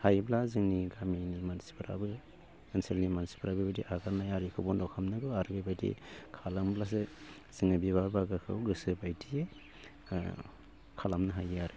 हायोब्ला जोंनि गामिनि मानसिफ्राबो ओनसोलनि मानसिफ्राबो बेबायदि आगारनाय आरिखौ बन्द खालामनांगौ आरो बेबायदि खालामब्लासो जोङो बिबार बागानखौ गोसो बायदियै ओ खालामनो हायो आरो